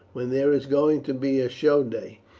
when there is going to be a show day,